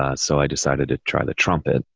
ah so i decided to try the trumpet,